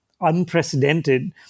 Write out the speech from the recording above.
unprecedented